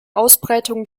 ausbreitung